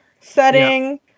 setting